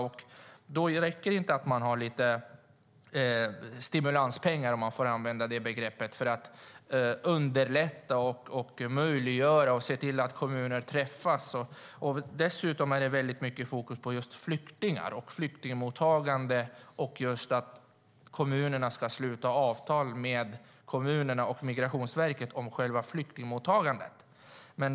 Då räcker det inte att ha stimulanspengar - om jag får använda det begreppet - för att underlätta, möjliggöra och se till att kommuner träffas. Dessutom är det mycket fokus på just flyktingar, flyktingmottagande samt att kommunerna och Migrationsverket ska sluta avtal om själva flyktingmottagandet.